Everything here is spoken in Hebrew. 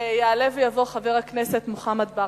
יעלה ויבוא חבר הכנסת מוחמד ברכה.